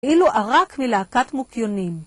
אילו ערק מלהקת מוקיונים